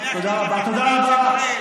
תודה רבה,